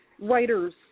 writers